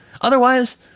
Otherwise